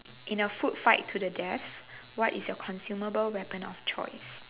in a food fight to the death what is your consumable weapon of choice